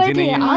me and